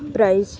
prize